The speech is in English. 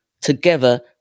Together